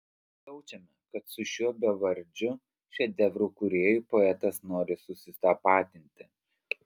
jaučiame kad su šiuo bevardžiu šedevrų kūrėju poetas nori susitapatinti